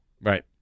Right